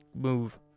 move